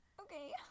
okay